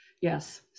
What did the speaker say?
Yes